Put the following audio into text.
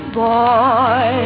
boy